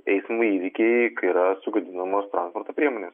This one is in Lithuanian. eismo įvykiai kai yra sugadinamos transporto priemonės